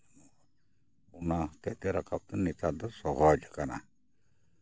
ᱚᱱᱟ ᱦᱚᱛᱮᱜ ᱛᱮ ᱨᱟᱠᱟᱵ ᱫᱚ ᱱᱮᱛᱟᱨ ᱫᱚ ᱥᱚᱦᱚᱡᱽ ᱟᱠᱟᱱᱟ